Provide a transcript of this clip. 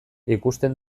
ikusten